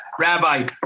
Rabbi